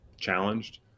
challenged